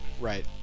Right